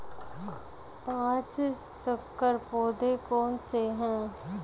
पाँच संकर पौधे कौन से हैं?